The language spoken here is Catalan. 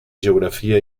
geografia